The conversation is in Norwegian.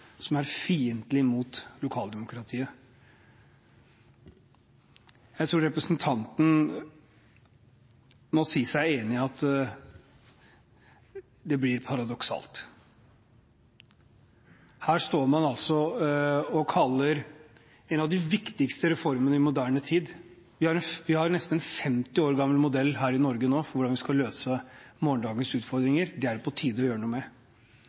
som er fiendtlig mot lokaldemokratiet. Jeg tror representanten må si seg enig i at det blir paradoksalt. Her står man altså og snakker om en av de viktigste reformene i moderne tid – vi har i Norge nå en nesten 50 år gammel modell for hvordan vi skal løse morgendagens utfordringer. Det er det på tide å gjøre noe med.